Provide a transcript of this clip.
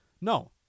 No